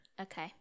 Okay